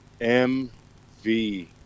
MV